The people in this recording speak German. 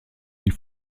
die